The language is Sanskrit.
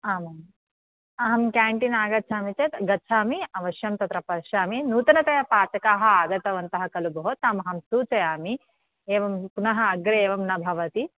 आमाम् अहं केन्टीन् आगच्छामि चेत् गच्छामि अवश्यं तत्र पश्यामि नूतनतया पाचकाः आगतवन्तः खलु भोः तम् अहं सूचयामि एवं पुनः अग्रे एवं न भवति